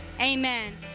amen